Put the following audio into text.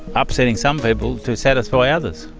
upsetting some people to satisfy others,